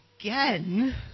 again